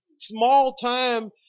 small-time